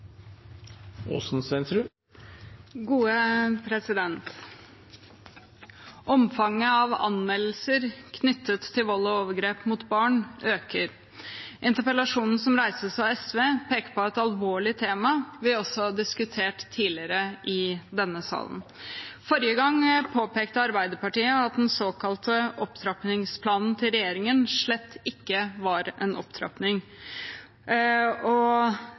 Omfanget av anmeldelser knyttet til vold og overgrep mot barn øker. Interpellasjonen som reises av SV, peker på et alvorlig tema som vi også har diskutert tidligere i denne salen. Forrige gang påpekte Arbeiderpartiet at den såkalte opptrappingsplanen til regjeringen slett ikke var en opptrapping.